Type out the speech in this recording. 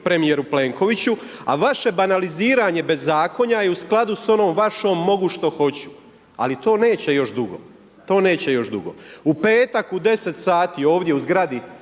premjeru Plenkoviću, a vaše banaliziranje bez zakonja je u skladu sa onom vašom mogu što hoću, ali to neće još dugo. To neće još dugo. U petak u 10 sati ovdje u zgradi